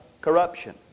corruption